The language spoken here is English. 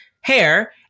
hair